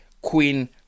queen